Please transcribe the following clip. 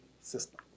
system